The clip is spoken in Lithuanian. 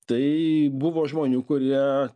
tai buvo žmonių kurie